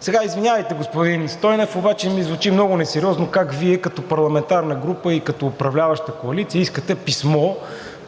взето. Извинявайте, господин Стойнев, обаче ми звучи много несериозно как Вие като парламентарна група и като управляваща коалиция искате писмо